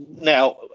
Now